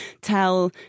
tell